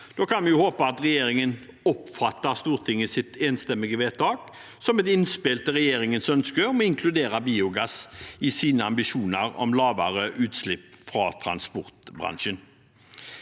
Da kan vi jo håpe at regjeringen oppfattet Stortingets enstemmige vedtak som et innspill til regjeringens ønske om å inkludere biogass i sine ambisjoner om lavere utslipp fra transportbransjen.